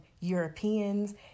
Europeans